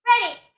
Ready